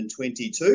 2022